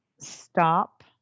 stop